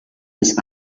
des